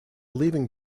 leaving